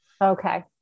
Okay